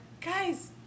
guys